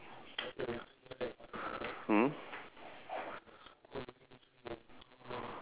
um okay I don't know why I cyc~ I I circle it